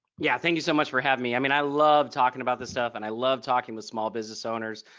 yeah. thank you so much for having me. i mean i love talking about the stuff and i love talking with small business owners.